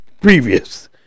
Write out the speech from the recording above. previous